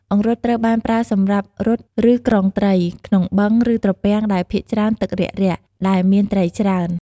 អង្រុតត្រូវបានប្រើសម្រាប់រុត ឬក្រុងត្រី ក្នុងបឹង ឬត្រពាំងដែលភាគច្រើនទឹករាក់ៗ ដែលមានត្រីច្រើន។